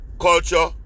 Culture